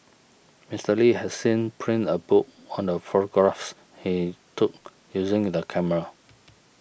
Mister Li has seen printed a book on the photographs he took using the camera